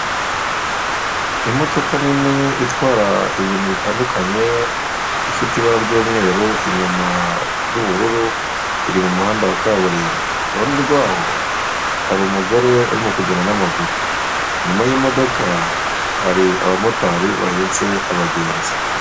Imodoka nini itwara ibintu bitandukanye ifite ibara ry'umweru inyuma y'ubururu iri mu muhanda wa kaburimbo, iruhande rwaho hari umugore urimo kugenda n'amaguru, inyuma y'imodoka hari abamotari bahetse abagenzi.